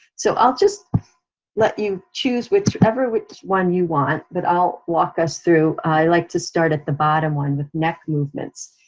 so i'll just let you choose whichever, which one you want, but i'll walk us through, i like to start at the bottom one with neck movements.